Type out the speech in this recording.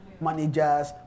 managers